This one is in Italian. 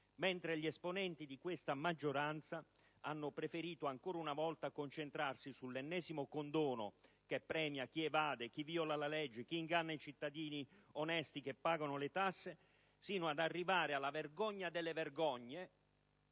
mentre gli esponenti di questa maggioranza hanno preferito ancora una volta concentrarsi sull'ennesimo condono che premia chi evade, chi viola la legge, chi inganna i cittadini onesti che pagano le tasse, sino ad arrivare alla vergogna delle vergogne